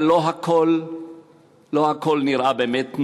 אבל לא הכול נראה באמת נוגה,